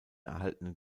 erhaltenen